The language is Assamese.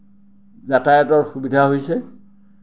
যাতায়তৰ সুবিধা হৈছে